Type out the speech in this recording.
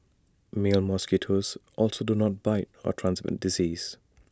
male mosquitoes also do not bite or transmit disease